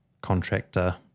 contractor